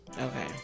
Okay